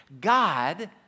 God